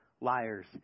liars